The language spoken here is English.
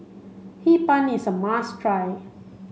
Hee Pan is a must try